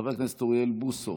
חבר הכנסת אוריאל בוסו,